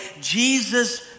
Jesus